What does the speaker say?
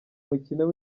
mukino